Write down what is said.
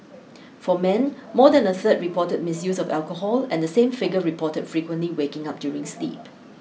for men more than a third reported misuse of alcohol and the same figure reported frequently waking up during sleep